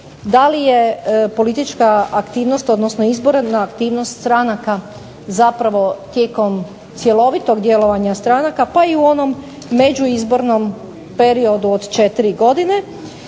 da li je politička aktivnost odnosno izborna aktivnost stranaka zapravo tijekom cjelovitog djelovanja stranka pa i u onom međuizbornom periodu od 4 godine